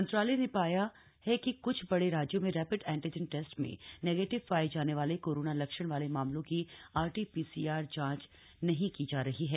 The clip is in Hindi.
मंत्रालय ने आया है कि क्छ बड़े राज्यों में रेपिड एंटीजन टेस्ट में नेगेटिव ाये जाने वाले कोरोना लक्षण वाले मामलों की आरटी ीसीआर जांच नहीं की जा रही है